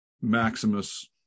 Maximus